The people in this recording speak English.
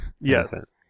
Yes